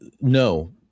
No